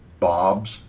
Bob's